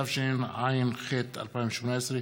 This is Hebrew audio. התשע"ח 2018,